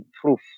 proof